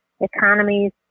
economies